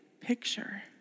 picture